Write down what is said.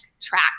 track